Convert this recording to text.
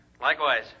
Likewise